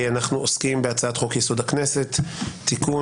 על סדר-היום: הצעת חוק-יסוד: הכנסת (תיקון,